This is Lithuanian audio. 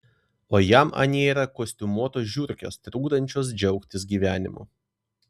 o jam anie yra kostiumuotos žiurkės trukdančios džiaugtis gyvenimu